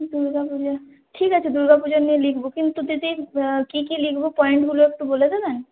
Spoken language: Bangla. দুর্গাপূজা ঠিক আছে দুর্গাপূজা নিয়ে লিখব কিন্তু দিদি কী কী লিখব পয়েন্টগুলো একটু বলে দেবেন